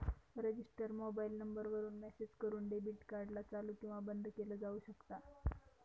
register mobile number वरून message करून debit card ला चालू किंवा बंद केलं जाऊ शकता